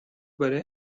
برای